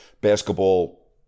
basketball